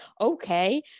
okay